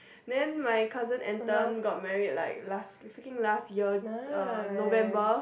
then my cousin Anton got married like last freaking last year uh November